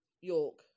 York